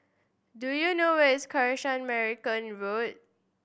do you know where is Kanisha Marican Road